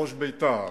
ראש בית"ר,